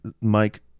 Mike